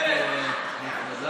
אדוני היושב-ראש, כנסת